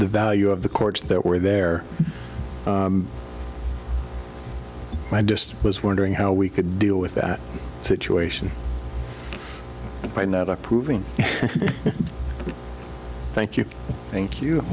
the value of the courts that were there and i just was wondering how we could deal with that situation by not approving thank you thank you